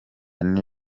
new